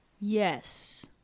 Yes